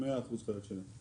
100% חיות שלי.